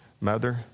Mother